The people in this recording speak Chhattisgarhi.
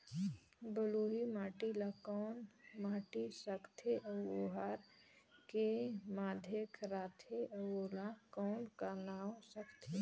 बलुही माटी ला कौन माटी सकथे अउ ओहार के माधेक राथे अउ ओला कौन का नाव सकथे?